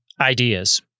ideas